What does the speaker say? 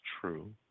true